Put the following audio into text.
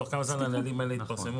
תוך כמה זמן הנהלים האלה יתפרסמו?